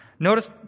Notice